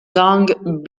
song